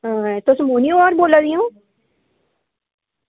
हां तुस मोहिनी होर बोला दियां ओ